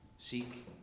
Seek